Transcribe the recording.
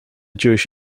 jewish